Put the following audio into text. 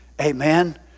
Amen